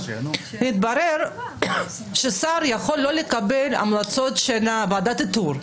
מתברר ששר יכול לא לקבל המלצות של ועדת האיתור.